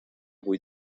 vuit